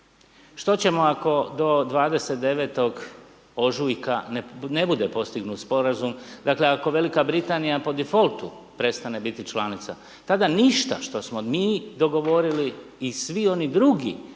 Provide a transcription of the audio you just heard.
Što ćemo ako do 29. ožujka ne bude postignut Sporazum? Dakle, ako Velika Britanija po Difoltu prestane biti članica, tada ništa što smo mi dogovorili i svi oni drugi